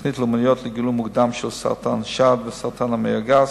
תוכניות לאומיות לגילוי מוקדם של סרטן שד וסרטן המעי הגס,